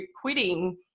quitting